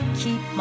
keep